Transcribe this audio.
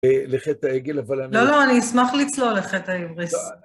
לחטא העגל, אבל אני... לא, לא, אני אשמח לצלול לחטא ההיבריס.